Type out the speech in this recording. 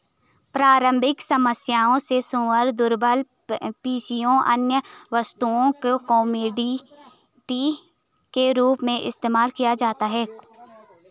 प्रारंभिक सभ्यताओं ने सूअरों, दुर्लभ सीपियों, अन्य वस्तुओं को कमोडिटी के रूप में इस्तेमाल किया